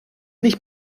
nicht